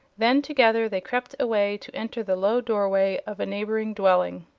then together they crept away to enter the low doorway of a neighboring dwelling.